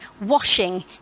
washing